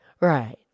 Right